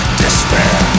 despair